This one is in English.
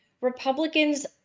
Republicans